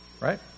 right